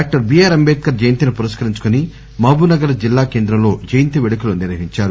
doctor BR Ambedkar జయంతిని పురస్కరించుకుని Mahabubnagar జిల్లా కేంద్రంలో జయంతి పేడుకలు నిర్వహించారు